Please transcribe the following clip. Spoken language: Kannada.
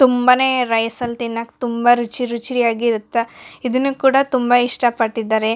ತುಂಬಾನೇ ರೈಸಲ್ಲಿ ತಿನ್ನಾಕೆ ತುಂಬಾ ರುಚಿರುಚಿಯಾಗಿರುತ್ತ ಇದನ್ನು ಕೂಡ ತುಂಬಾ ಇಷ್ಟಪಟ್ಟಿದ್ದಾರೆ